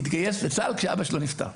התגייס לצה"ל כשאבא שלו נפטר,